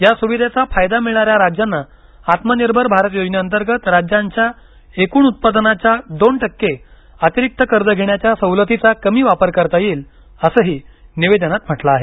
या स्विधेचा फायदा मिळणाऱ्या राज्यांना आत्मनिर्भर भारत योजने अंतर्गत राज्यांच्या एकूण उत्पादनाच्या दोन टक्के अतिरिक्त कर्ज घेण्याच्या सवलतीचा कमी वापर करता येईल असंही निवेदनात म्हटलं आहे